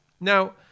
Now